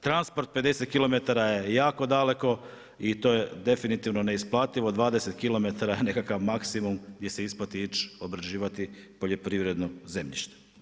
Transport 50km je jako daleko i to je definitivno neisplativo, 20km nekakav maksimum gdje se ići obrađivati poljoprivredno zemljište.